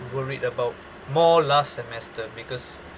worried about more last semester because